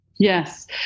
Yes